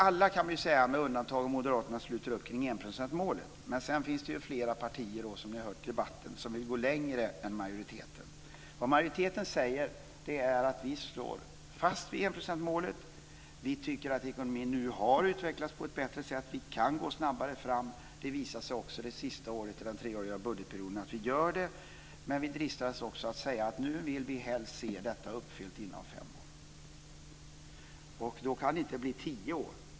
Alla, med undantag av moderaterna, sluter upp kring enprocentsmålet. Men sedan finns det flera partier, som ni har hört i debatten, som vill gå längre än majoriteten. Vad vi i majoriteten säger är att vi står fast vid enprocentsmålet. Vi tycker att ekonomin nu har utvecklats på ett bättre sätt. Vi kan gå snabbare fram. Det visar sig också det sista året i den treåriga budgetperioden att vi gör det, men vi dristar oss också att säga att vi helst vill se detta uppfyllt inom fem år. Och då kan det inte bli tio år.